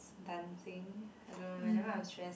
dancing I don't know when that one I'm stressed